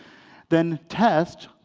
then test,